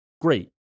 great